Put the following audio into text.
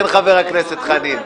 כן, חבר הכנסת חנין.